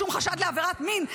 שום חשד לעבירת מין,